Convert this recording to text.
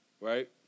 Right